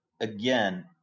Again